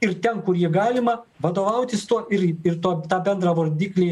ir ten kur jį galima vadovautis tuo ir ir to tą bendrą vardiklį